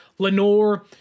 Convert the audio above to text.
Lenore